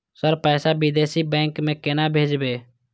Sir पैसा विदेशी bank में केना भेजबे?